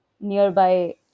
nearby